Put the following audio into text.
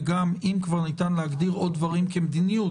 וגם אם כבר ניתן להגדיר עוד דברים כמדיניות.